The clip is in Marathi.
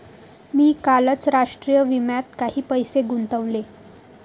मी कालच राष्ट्रीय विम्यात काही पैसे गुंतवले